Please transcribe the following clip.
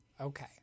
Okay